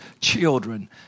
children